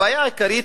הבעיה העיקרית,